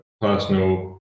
personal